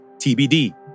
TBD